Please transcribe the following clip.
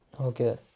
Okay